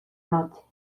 noche